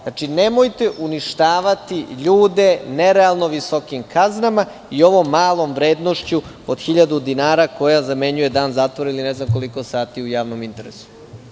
Znači, nemojte uništavati ljude nerealno visokim kaznama i ovom malom vrednošću od 1.000 dinara, koja zamenjuje dan zatvora ili ne znam koliko sati u javnom interesu.